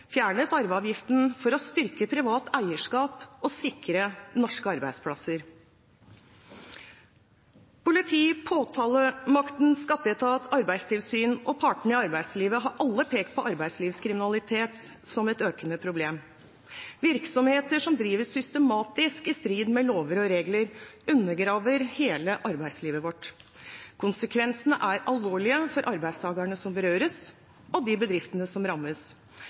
fjernet arveavgiften for å styrke privat eierskap og sikre norske arbeidsplasser. Politiet, påtalemakten, skatteetaten, Arbeidstilsynet og partene i arbeidslivet har alle pekt på arbeidslivskriminalitet som et økende problem. Virksomheter som driver systematisk i strid med lover og regler, undergraver hele arbeidslivet vårt. Konsekvensene er alvorlige for arbeidstakerne som berøres, og de bedriftene som rammes.